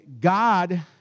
God